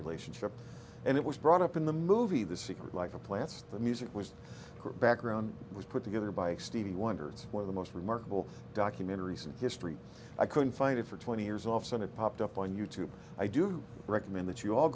relationship and it was brought up in the movie the secret life of plants the music was background was put together by stevie wonder it's one of the most remarkable documentaries and history i couldn't find it for twenty years off sun it popped up on you tube i do recommend that you all